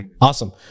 Awesome